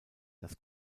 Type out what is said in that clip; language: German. das